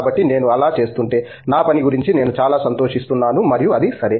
కాబట్టి నేను అలా చేస్తుంటే నా పని గురించి నేను చాలా సంతోషిస్తున్నాను మరియు అది సరే